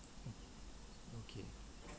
mm okay